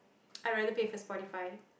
I rather pay for Spotify